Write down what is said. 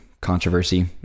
controversy